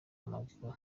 amaguru